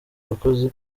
abakozi